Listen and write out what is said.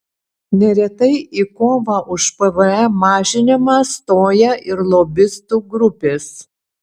neretai į kovą už pvm mažinimą stoja ir lobistų grupės